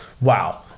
wow